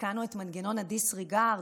תיקנו את מנגנון הדיסרגרד,